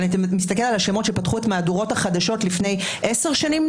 אבל אם אתה מסתכל על השמות שפתחו את מהדורות החדשות לפני עשר שנים,